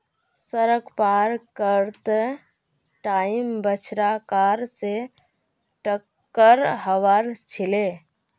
सड़क पार कर त टाइम बछड़ा कार स टककर हबार छिले